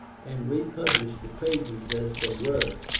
and republished the papers as they were,